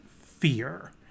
fear